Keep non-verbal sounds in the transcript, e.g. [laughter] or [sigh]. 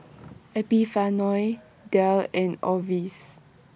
[noise] Epifanio Dayle and Orvis